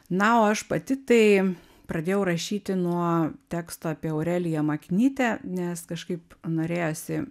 na o aš pati tai pradėjau rašyti nuo teksto apie aureliją maknytę nes kažkaip norėjosi